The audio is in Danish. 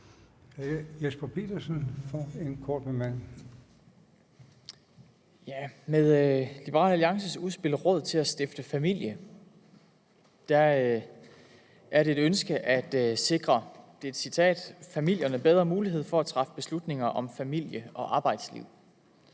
Jesper Petersen (S): I Liberal Alliances udspil »Råd til at stifte familie« har man et ønske om at sikre – og det er et citat – familierne bedre mulighed for at træffe beslutninger om familie- og arbejdsliv.